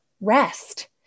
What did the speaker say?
rest